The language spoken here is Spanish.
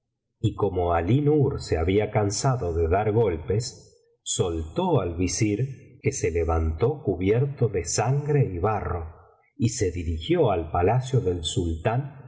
y como alí nur se había cansado de dar golpes biblioteca valenciana generalitat valenciana historia de dulce amiga í soltó al visir que se levantó cubierto de sangre y barro y se dirigió al palacio del sultán